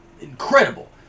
incredible